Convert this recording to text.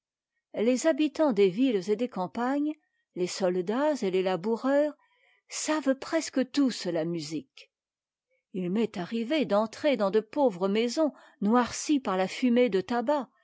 lés habitants des villes et des campagnes tes soldats et les laboureurs savent presque tous la musique il m'est arrivé d'entrer dans de pauvres maisons noircies par la fumée de tabac